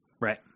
Right